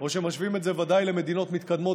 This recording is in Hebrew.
או שמשווים את זה ודאי למדינות מתקדמות